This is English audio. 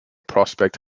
prospect